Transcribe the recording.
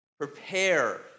Prepare